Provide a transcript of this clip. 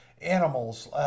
animals